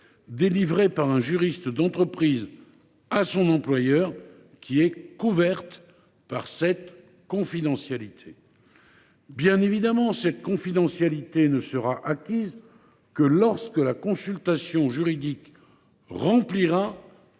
délivrée par un juriste d’entreprise à son employeur, qui est couverte par cette confidentialité. Bien évidemment, cette confidentialité ne sera acquise que lorsque la consultation juridique remplira